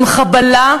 הם חבלה,